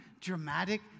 dramatic